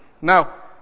Now